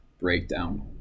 breakdown